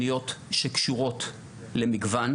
ואני חושבת שבכל הדיון הזה,